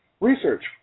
research